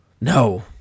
No